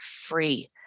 free